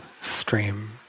stream